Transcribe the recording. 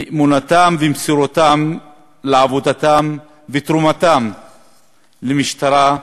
נאמנותם ומסירותם לעבודתם, ותרומתם למשטרה,